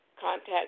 contact